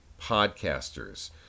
podcasters